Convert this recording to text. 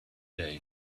day